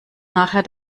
nachher